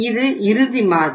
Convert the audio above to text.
இது இறுதி மாதிரி